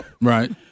Right